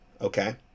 okay